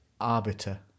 arbiter